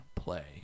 play